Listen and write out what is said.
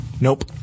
Nope